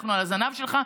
אנחנו על הזנב שלך,